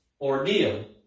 ordeal